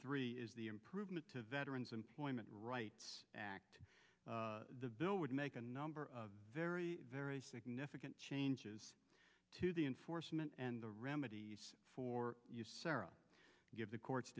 three is the improvement to veterans employment rights act the bill would make a number of very very significant changes to the enforcement and the remedy for give the courts